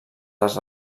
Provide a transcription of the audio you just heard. les